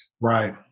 Right